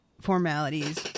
formalities